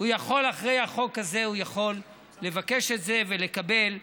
אחרי החוק הזה הוא יכול לבקש את זה ולקבל.